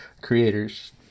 creators